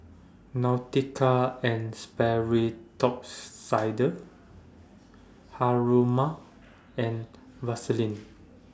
Nautica and Sperry Top Sider Haruma and Vaseline